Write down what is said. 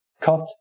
Cut